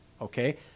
okay